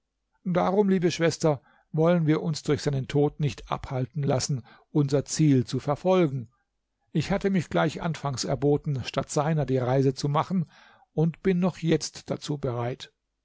darum liebe schwester wollen wir uns durch seinen tod nicht abhalten lassen unser ziel zu verfolgen ich hatte mich gleich anfangs erboten statt seiner die reise zu machen und bin noch jetzt dazu bereit